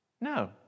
No